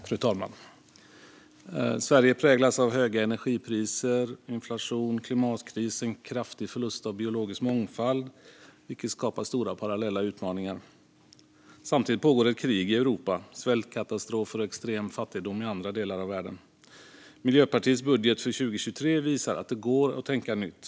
Fru talman! Sverige präglas av höga energipriser, inflation, klimatkris och en kraftig förlust av biologisk mångfald, vilket skapar stora parallella utmaningar. Samtidigt pågår ett krig i Europa och svältkatastrofer och extrem fattigdom i andra delar av världen. Miljöpartiets budget för 2023 visar att det går att tänka nytt.